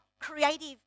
creative